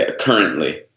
currently